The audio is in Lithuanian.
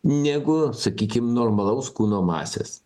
negu sakykim normalaus kūno masės